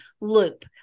loop